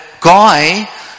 guy